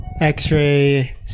x-ray